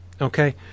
okay